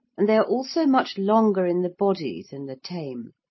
and they are also much longer in the body than the tame.